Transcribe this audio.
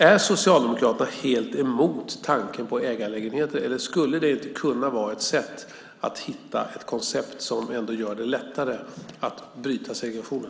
Är Socialdemokraterna helt emot tanken på ägarlägenheter, eller skulle det kunna vara ett sätt att hitta ett koncept som gör det lättare att bryta segregationen?